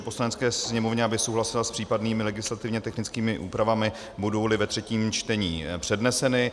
Poslanecké sněmovně, aby souhlasila s případnými legislativně technickými úpravami, budouli ve třetím čtení předneseny.